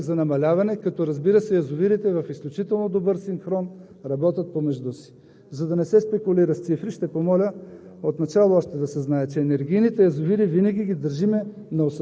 и засега го постигаме – около 400 кубика сме, с тенденция за намаляване, като, разбира се, язовирите работят в изключително добър синхрон помежду си. За да не се спекулира с цифри, ще помоля